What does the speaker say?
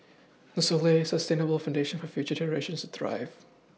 this will lay a sustainable foundation for future generations to thrive